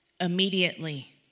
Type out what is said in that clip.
Immediately